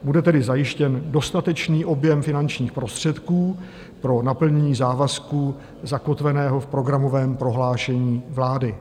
Bude tedy zajištěn dostatečný objem finančních prostředků pro naplnění závazku zakotveného v programovém prohlášení vlády.